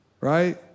right